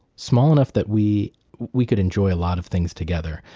small enough that we we could enjoy a lot of things together,